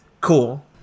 cool